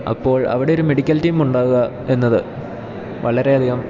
അപ്പോൾ അവിടെ ഒരു മെഡിക്കൽ ടീം ഉണ്ടാകുക എന്നതു വളരെയധികം